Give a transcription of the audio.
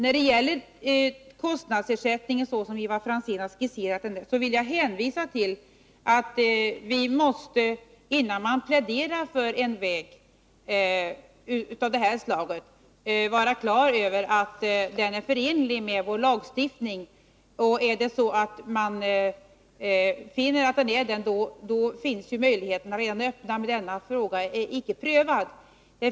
Beträffande den av Ivar Franzén skisserade vårdnadsersättningen vill jag hänvisa till att man, innan man pläderar för en lösning av det här slaget, måste vara säker på att den är förenlig med vår lagstiftning. Är den det, finns det möjligheter. Denna fråga är emellertid icke prövad.